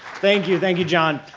thank you, thank you john.